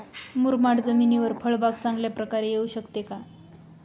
मुरमाड जमिनीवर फळबाग चांगल्या प्रकारे येऊ शकते का?